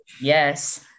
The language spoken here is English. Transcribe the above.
Yes